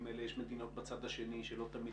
ממילא יש מדינות בצד השני שלא תמיד